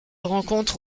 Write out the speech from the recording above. rencontre